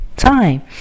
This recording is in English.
Time